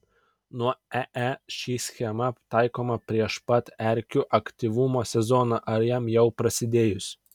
nuo ee ši schema taikoma prieš pat erkių aktyvumo sezoną ar jam jau prasidėjus